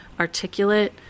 articulate